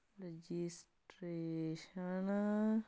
registration